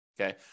Okay